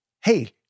hey